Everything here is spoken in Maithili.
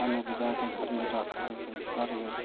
अन्न उपजाकऽ घरमे राखल गेल सड़ गेल